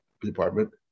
department